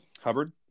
Hubbard